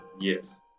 Yes